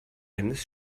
eines